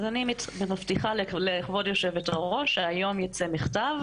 אני מבטיחה לכבוד יושבת-הראש שהיום יצא מכתב.